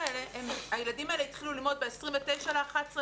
הילדים האלה התחילו ללמוד ב-29 בנובמבר,